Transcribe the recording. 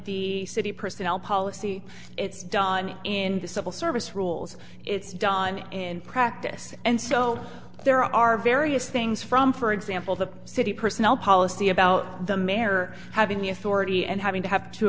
the city personnel policy it's done in the civil service rules it's done in practice and so there are various things from for example the city personnel policy about the mayor having the authority and having to have to